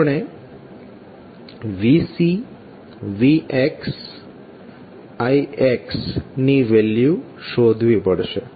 આપણે vC vx ix ની value શોધવી પડશે